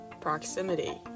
proximity